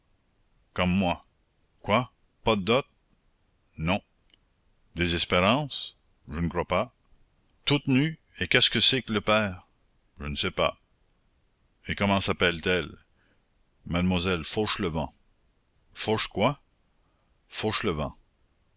comme moi quoi pas de dot non des espérances je ne crois pas toute nue et qu'est-ce que c'est que le père je ne sais pas et comment sappelle t elle mademoiselle fauchelevent fauchequoi fauchelevent